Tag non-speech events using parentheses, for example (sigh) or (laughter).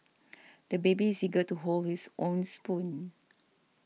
(noise) the baby is eager to hold his own spoon